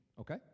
okay